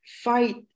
fight